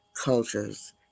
cultures